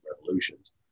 revolutions